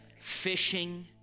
Fishing